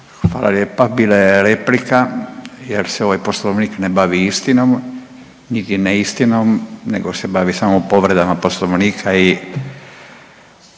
Hvala lijepa. Bila je replika, jer se ovaj Poslovnik ne bavi istinom niti neistinom, nego se bavi samo povredama Poslovnika i